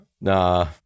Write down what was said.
nah